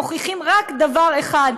מוכיחים רק דבר אחד: